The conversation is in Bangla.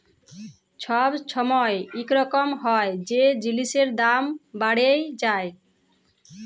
ছব ছময় ইরকম হ্যয় যে জিলিসের দাম বাড়্হে যায়